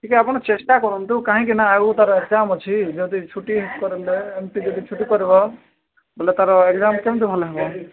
ଟିକେ ଆପଣ ଚେଷ୍ଟା କରନ୍ତୁ କାହିଁକି ନା ଆଗକୁ ତା'ର ଏକଜାମ୍ ଅଛି ଯଦି ଛୁଟି କରିଲେ ଏମିତି ଯଦି ଛୁଟି କରିବ ବୋଲେ ତା'ର ଏକଜାମ୍ କେମିତି ଭଲ ହେବ